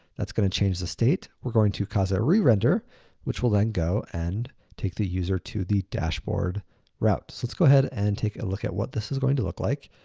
that's gonna change the state. we're going to cause a re-render which will then go and take the user to the dashboard route. so, let's go ahead and take a look at what this is going to look like.